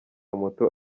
muto